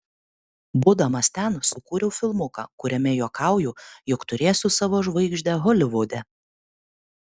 būdamas ten sukūriau filmuką kuriame juokauju jog turėsiu savo žvaigždę holivude